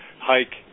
hike